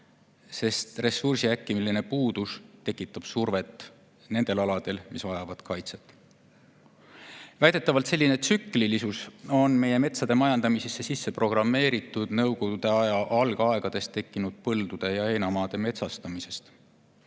sest ressursi äkiline puudus tekitab survet nendel aladel, mis vajavad kaitset. Väidetavalt on selline tsüklilisus meie metsade majandamisse sisse programmeeritud Nõukogude aja algaegadel tekkinud põldude ja heinamaade metsastamisest.